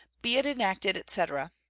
be it enacted, etc,